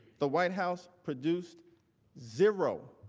the white house presumed zero